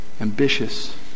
ambitious